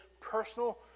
personal